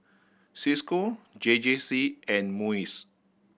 Cisco J J C and MUIS